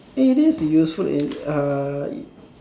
it is useful in err